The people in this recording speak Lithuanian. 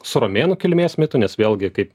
su romėnų kilmės mitu nes vėlgi kaip